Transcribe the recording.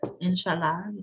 inshallah